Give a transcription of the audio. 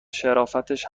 شرافتش